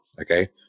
okay